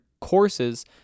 courses